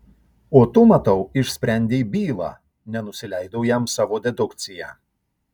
o tu matau išsprendei bylą nenusileidau jam savo dedukcija